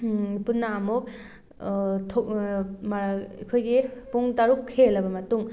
ꯄꯨꯟꯅ ꯑꯃꯨꯛ ꯊꯣꯛ ꯑꯩꯈꯣꯏꯒꯤ ꯄꯨꯡ ꯇꯔꯨꯛ ꯍꯦꯜꯂꯕ ꯃꯇꯨꯡ